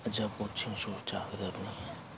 ꯑꯆꯥꯄꯣꯠꯁꯤꯡꯁꯨ ꯆꯥꯒꯗꯕꯅꯤ